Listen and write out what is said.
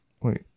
wait